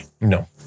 No